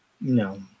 No